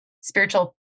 spiritual